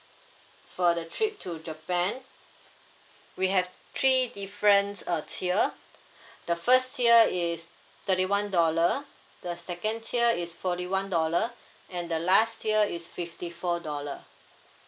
for the trip to japan we have three different uh tier the first tier is thirty one dollar the second tier is forty one dollar and the last tier is fifty four dollar